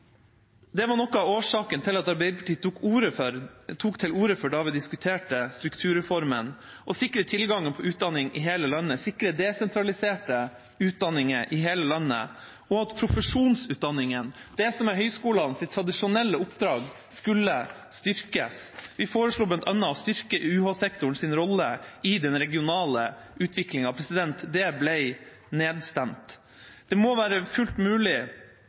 Det var noe av årsaken til at Arbeiderpartiet, da vi diskuterte strukturreformen, tok til orde for å sikre tilgangen til utdanning i hele landet og sikre desentraliserte utdanninger i hele landet, og at profesjonsutdanningene, det som er høgskolenes tradisjonelle oppdrag, skulle styrkes. Vi foreslo bl.a. å styrke UH-sektorens rolle i den regionale utviklingen, men det ble nedstemt. Det må være fullt mulig